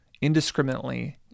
indiscriminately